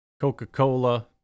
Coca-Cola